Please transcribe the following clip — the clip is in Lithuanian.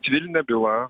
civilinė byla